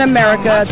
America